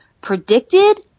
predicted